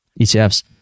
ETFs